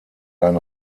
ein